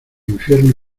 infierno